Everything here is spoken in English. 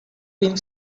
being